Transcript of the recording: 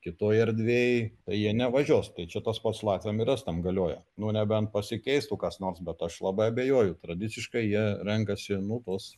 kitoj erdvėj tai jie nevažiuos tai čia tas pats latviam ir estam galioja nu nebent pasikeistų kas nors bet aš labai abejoju tradiciškai jie renkasi nu tuos